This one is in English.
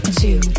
two